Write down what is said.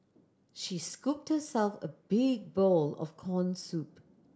she scooped herself a big bowl of corn soup